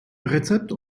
rezept